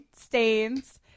stains